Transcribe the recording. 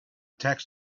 tax